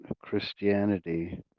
Christianity